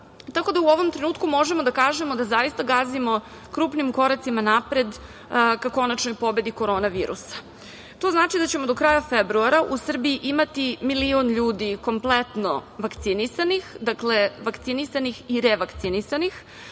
Tako da u ovom trenutku možemo da kažemo da zaista gazimo krupnim koracima napred ka konačnoj pobedi korona virusa. To znači da ćemo do kraja februara u Srbiji imati milion ljudi kompletno vakcinisanih i revakcinisanih, što znači